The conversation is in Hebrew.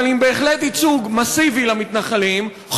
אבל בהחלט עם ייצוג מסיבי למתנחלים,